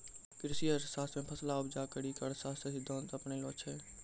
कृषि अर्थशास्त्र मे फसलो उपजा करी के अर्थशास्त्र रो सिद्धान्त अपनैलो छै